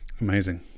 amazing